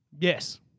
Yes